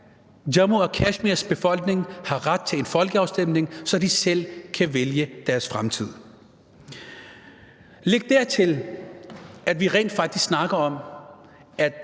Jammu og Kashmirs befolkning har ret til en folkeafstemning, så de selv kan vælge deres fremtid. Læg dertil, at vi rent faktisk snakker om,